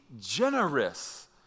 generous